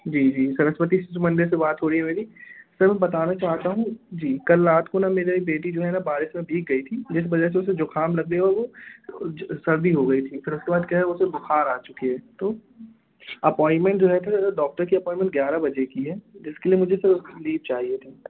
जी जी सरस्वती शिशु मंदिर से बात हो रही है मेरी सर मैं बताना चाहता हूँ जी कल रात को ना मेरी बेटी जो है ना बारिश में भीग गई थी जिस वजह से उसे ज़ुख़ाम लग गया और वह वह जो सर्दी हो गई थी फिर उसके बाद क्या है उसे बुख़ार आ चुका है तो अपॉइंटमेंट जो है कि डॉक्टर की अपॉइंटमेंट ग्यारह बजे की है जिसके लिए मुझे सर लीव चाहिए थी